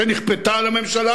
שנכפתה על הממשלה